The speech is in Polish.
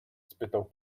spytał